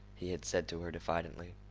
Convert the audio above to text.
he had said to her diffidently.